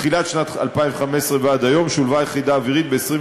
מתחילת שנת 2015 ועד היום שולבה היחידה האווירית ב-25